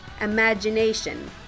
imagination